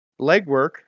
legwork